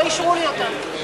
לא אישרו לי אותה.